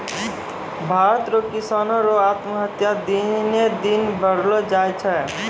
भारत रो किसानो रो आत्महत्या दिनो दिन बढ़लो जाय छै